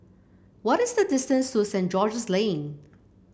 what is the distance to Saint George's Lane